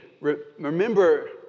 remember